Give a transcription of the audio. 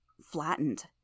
flattened